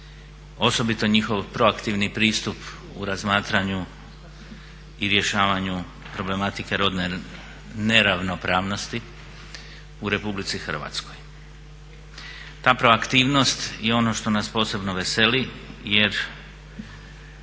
osobito njihov proaktivni pristup u razmatranju i rješavanju problematike rodne neravnopravnosti u Republici Hrvatskoj. Ta proaktivnost je ono što nas posebno veseli jer